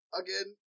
again